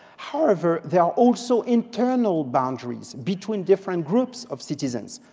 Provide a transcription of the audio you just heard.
however, there are also internal boundaries between different groups of citizens.